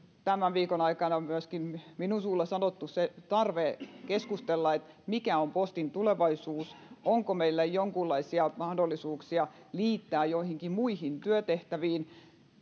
tämän viikon aikana myöskin minun suullani sanottu se tarve keskustella siitä mikä on postin tulevaisuus onko meillä jonkunlaisia mahdollisuuksia liittää se joihinkin muihin työtehtäviin